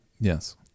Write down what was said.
Yes